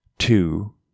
two